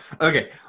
Okay